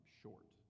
short